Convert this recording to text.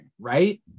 right